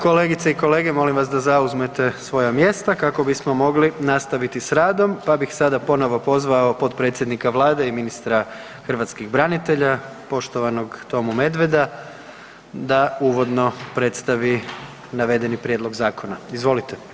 Kolegice i kolege, molim vas da zauzmete svoja mjesta kako bismo mogli nastaviti s radom, pa bih sada ponovo pozvao potpredsjednika vlade i ministra hrvatskih branitelja poštovanog Tomu Medveda da uvodno predstavi navedeni prijedlog zakona, izvolite.